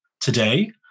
today